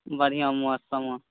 बढ़िआँ माछ सामान